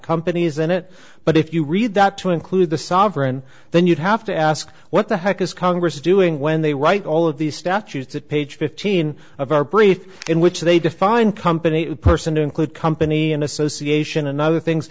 companies in it but if you read that to include the sovereign then you'd have to ask what the heck is congress doing when they write all of these statutes at page fifteen of our brief in which they define company to person to include company and association and other things